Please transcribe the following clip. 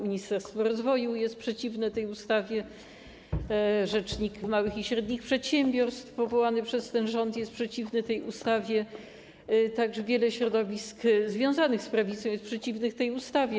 Ministerstwo rozwoju jest przeciwne tej ustawie, rzecznik małych i średnich przedsiębiorstw powołany przez ten rząd jest przeciwny tej ustawie, także wiele środowisk związanych z prawicą jest przeciwnych tej ustawie.